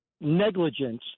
negligence